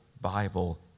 Bible